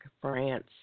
France